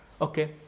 okay